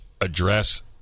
address